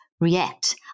react